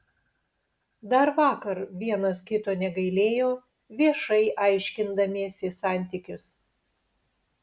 dar vakar vienas kito negailėjo viešai aiškindamiesi santykius